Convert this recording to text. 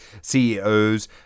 CEOs